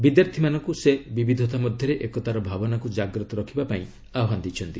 ବିଦ୍ୟାର୍ଥୀମାନଙ୍କୁ ସେ ବିବିଧତା ମଧ୍ୟରେ ଏକତାର ଭାବନାକୁ ଜାଗ୍ରତ ରଖିବା ପାଇଁ ଆହ୍ୱାନ ଦେଇଛନ୍ତି